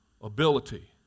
ability